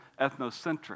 ethnocentric